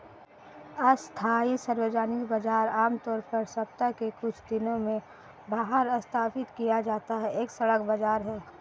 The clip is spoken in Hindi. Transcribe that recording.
अस्थायी सार्वजनिक बाजार, आमतौर पर सप्ताह के कुछ दिनों में बाहर स्थापित किया जाता है, एक सड़क बाजार है